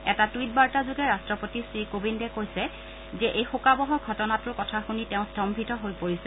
এটা টুইটবাৰ্তাযোগে ৰাট্টপতি শ্ৰী কোবিন্দে কৈছে যে এই শোকাবহ ঘটনাটোৰ কথা শুনি তেওঁ স্তম্ভিত হৈ পৰিছে